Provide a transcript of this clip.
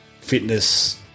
fitness